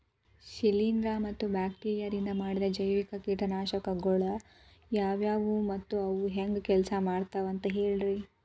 ಶಿಲೇಂಧ್ರ ಮತ್ತ ಬ್ಯಾಕ್ಟೇರಿಯದಿಂದ ಮಾಡಿದ ಜೈವಿಕ ಕೇಟನಾಶಕಗೊಳ ಯಾವ್ಯಾವು ಮತ್ತ ಅವು ಹೆಂಗ್ ಕೆಲ್ಸ ಮಾಡ್ತಾವ ಅಂತ ಹೇಳ್ರಿ?